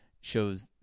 shows